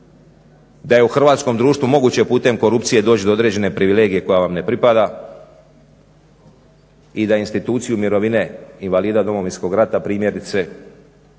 da je u hrvatskom društvu moguće putem korupcije doći do određene privilegije koja vam ne pripada i da instituciju mirovine invalida Domovinskog rata primjerice